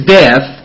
death